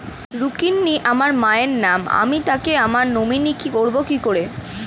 রুক্মিনী আমার মায়ের নাম আমি তাকে আমার নমিনি করবো কি করে?